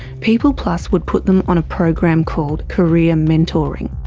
peopleplus would put them on a program called career mentoring.